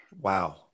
wow